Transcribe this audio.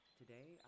today